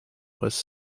was